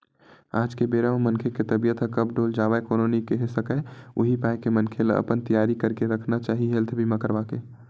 आज के बेरा म मनखे के तबीयत ह कब डोल जावय कोनो नइ केहे सकय उही पाय के मनखे ल अपन तियारी करके रखना चाही हेल्थ बीमा करवाके